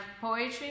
poetry